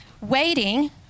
waiting